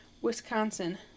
Wisconsin